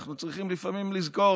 ואנחנו צריכים לפעמים לזכור